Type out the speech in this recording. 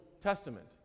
Testament